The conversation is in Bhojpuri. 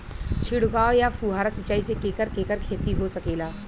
छिड़काव या फुहारा सिंचाई से केकर केकर खेती हो सकेला?